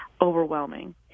overwhelming